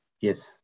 Yes